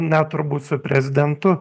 net turbūt su prezidentu